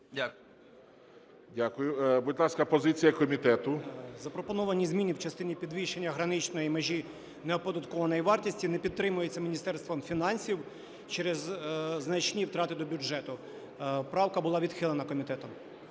Дякую. Будь ласка, позиція комітету. 13:39:16 СОВА О.Г. Запропоновані зміни в частині підвищення граничної межі неоподаткованої вартості не підтримуються Міністерством фінансів через значні втрати до бюджету. Правка була відхилена комітетом.